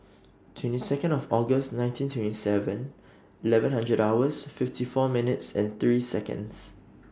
twenty Second of August nineteen twenty Seven Eleven hundred hours fifty four minutes and three Seconds